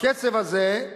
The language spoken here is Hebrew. בקצב הזה,